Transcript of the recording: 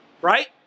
right